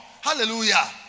Hallelujah